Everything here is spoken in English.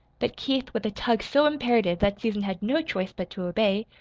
but keith, with a tug so imperative that susan had no choice but to obey,